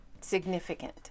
significant